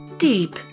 Deep